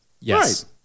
Yes